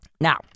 Now